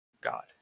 God